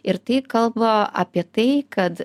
ir tai kalba apie tai kad